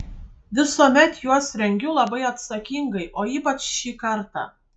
visuomet juos rengiu labai atsakingai o ypač šį kartą